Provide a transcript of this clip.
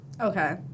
Okay